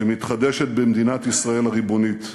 שמתחדשת במדינת ישראל הריבונית.